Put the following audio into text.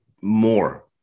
more